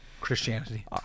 Christianity